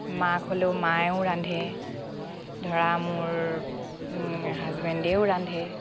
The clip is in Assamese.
মাক হ'লেও মায়েও ৰান্ধে ধৰা মোৰ হাজবেণ্ডেও ৰান্ধে